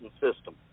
system